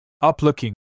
Up-looking